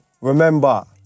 Remember